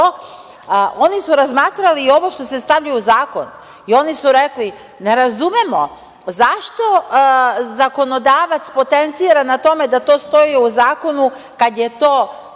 Oni su razmatrali i ovo što se stavlja u zakon. Oni su rekli - ne razumemo zašto zakonodavac potencira na tome da to stoji u zakonu kada je to